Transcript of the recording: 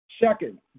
Second